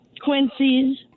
Quincy's